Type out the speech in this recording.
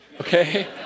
okay